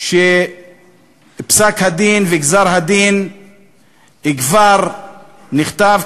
פסק-הדין וגזר-הדין כבר נכתבו,